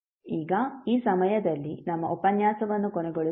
ಈಗ ಈ ಸಮಯದಲ್ಲಿ ನಮ್ಮ ಉಪನ್ಯಾಸವನ್ನು ಕೊನೆಗೊಳಿಸೋಣ